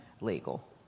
legal